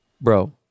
Bro